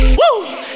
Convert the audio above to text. woo